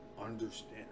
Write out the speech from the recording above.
understand